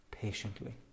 Patiently